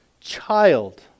child